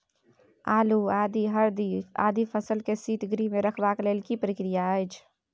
आलू, आदि, हरदी आदि फसल के शीतगृह मे रखबाक लेल की प्रक्रिया अछि?